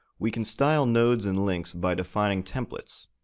we can style nodes and links by defining templates.